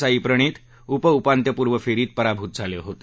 साई प्रणीत उपउपांत्यपूर्व फेरीत पराभूत झाले होते